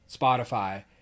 Spotify